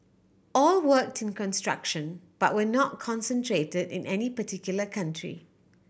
all worked in construction but were not concentrated in any particular country